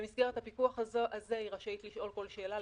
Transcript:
במסגרת הפיקוח הזה היא רשאית לשאול כל שאלה,